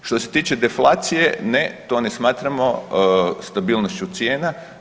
Što se tiče deflacije, ne to ne smatramo stabilnošću cijena.